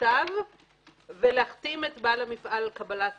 בכתב ולהחתים את בעל המפעל על קבלת